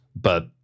but-